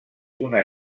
una